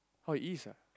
oh it is ah